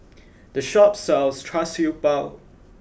the shop sells Char Siew Bao